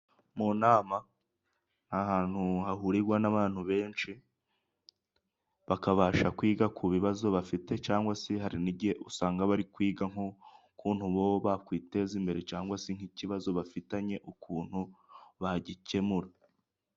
Mu nama ni ahantu hahuriwa n'abantu benshi, bakabasha kwiga ku bibazo bafite cyangwa se hari n'igihe usanga bari kwiga nk' ukuntu bo bakwiteza imbere cyangwa se nk'ikibazo bafitanye, ukuntu bagikemura.